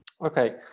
Okay